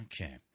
Okay